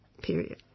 period